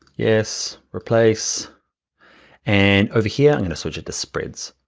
yes, replace and over here, i'm gonna switch it to spreads.